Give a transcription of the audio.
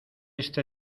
este